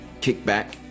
kickback